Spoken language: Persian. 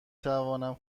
توانم